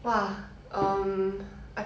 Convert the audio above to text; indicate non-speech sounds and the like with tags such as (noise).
(noise) ya but her